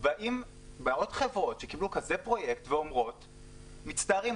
באות חברות שקיבלו כזה פרויקט ואומרות: מצטערים,